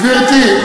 גברתי,